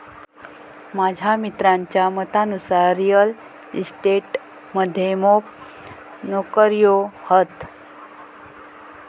माझ्या मित्राच्या मतानुसार रिअल इस्टेट मध्ये मोप नोकर्यो हत